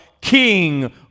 king